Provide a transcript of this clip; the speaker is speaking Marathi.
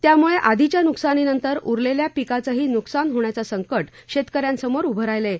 त्यामुळे आधीच्या नुकसानीनंतर उरलेल्या पिकाचंही नुकसान होण्याचं संकट शेतकऱ्यांसमोर उभं राहीलं आहे